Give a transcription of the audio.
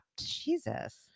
Jesus